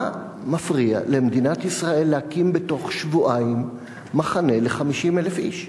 מה מפריע למדינת ישראל להקים בתוך שבועיים מחנה ל-50,000 איש?